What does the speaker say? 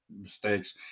mistakes